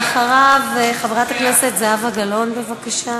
אחריו, חברת הכנסת זהבה גלאון, בבקשה.